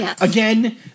again